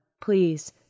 please